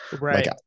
right